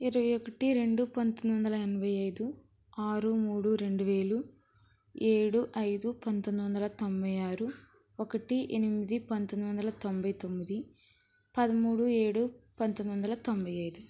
ఇరవై ఒకటి రెండు పంతొమ్మిది వందల ఎనభై ఐదు ఆరు మూడు రెండు వేలు ఏడు ఐదు పంతొమ్మిది వందల తొంభై ఆరు ఒకటి ఎనిమిది పంతొమ్మిది వందల తొంభై తొమ్మిది పదమూడు ఏడు పంతొమ్మిది వందల తొంభై ఐదు